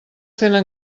tenen